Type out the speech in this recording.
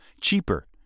Cheaper